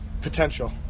Potential